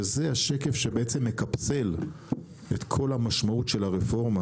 שזה השקף שמקבץ את כל המשמעות של הרפורמה